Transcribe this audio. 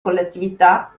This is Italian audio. collettività